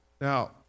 now